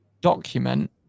document